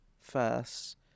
first